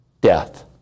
death